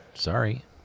Sorry